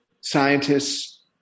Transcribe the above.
scientists